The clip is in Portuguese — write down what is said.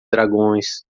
dragões